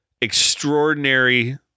extraordinary